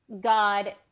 God